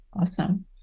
awesome